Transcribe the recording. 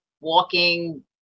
walking